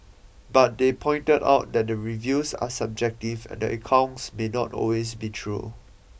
but they pointed out that the reviews are subjective and the accounts may not always be true